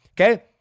okay